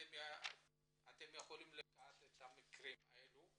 אתם יכולים לקחת את המקרים האלה,